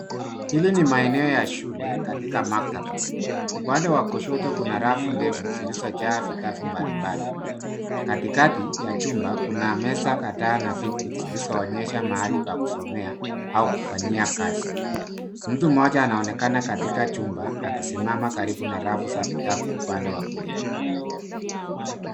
Hili ni maeneo ya shule, katika maktaba. Upande wa kushoto kuna rafu ndefu zilizojaa vitabu mbali mbali. Katikati ya chumba kuna meza kadhaa na viti, zilizoonyesha mahali pa kusomea au kufanyia kazi. Mtu mmoja anaonekana katika chumba, akisimama karibu na rafu za vitabu ,upande wa kulia.